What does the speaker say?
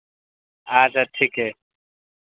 अच्छा ठीक अइ